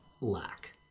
lack